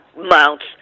mounts